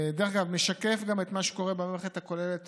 ומשקף את מה שקורה במערכת הכוללת